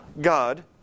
God